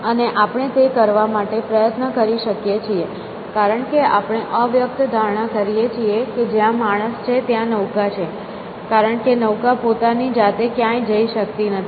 અને આપણે તે કરવા માટે પ્રયત્ન કરી શકીએ છીએ કારણ કે આપણે અવ્યક્ત ધારણા કરીએ છીએ કે જ્યાં માણસ છે ત્યાં નૌકા છે કારણ કે નૌકા પોતાની જાતે ક્યાંય જઈ શકતી નથી